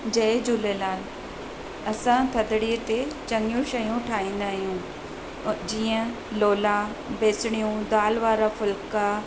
जय झूलेलाल असां थदड़ीअ ते चङियूं शयूं ठाहींदा आहियूं अ जीअं लोला बेसणियूं दालि वारा फुल्का